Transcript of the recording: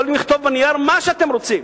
יכולים לכתוב על נייר מה שאתם רוצים.